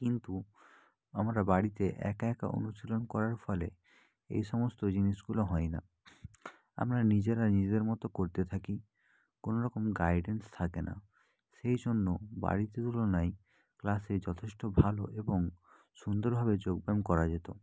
কিন্তু আমরা বাড়িতে একা একা অনুশীলন করার ফলে এই সমস্ত জিনিসগুলো হয় না আমরা নিজেরা নিজেদের মতো করতে থাকি কোনো রকম গাইডেন্স থাকে না সেই জন্য বাড়িতে তুলনায় ক্লাসে যথেষ্ট ভালো এবং সুন্দরভাবে যোগব্যায়াম করা যেত